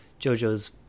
JoJo's